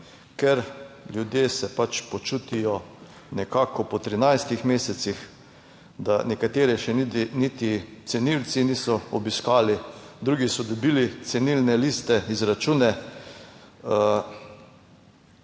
ker ljudje se pač počutijo nekako po 13 mesecih, da nekatere še ni, niti cenilci niso obiskali, drugi so dobili cenilne liste, izračune,